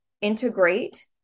integrate